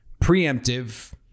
preemptive